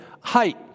height